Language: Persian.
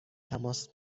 تماس